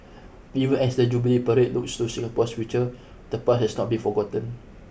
even as the Jubilee parade looks to Singapore's future the part has not be forgotten